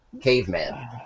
caveman